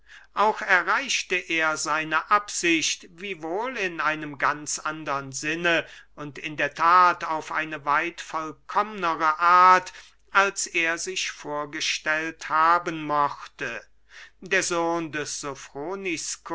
auch erreichte er seine absicht wiewohl in einem ganz andern sinne und in der that auf eine weit vollkommnere art als er sich vorgestellt haben mochte der sohn des